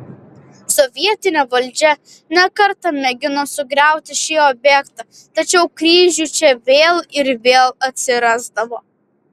sovietinė valdžia ne kartą mėgino sugriauti šį objektą tačiau kryžių čia vėl ir vėl atsirasdavo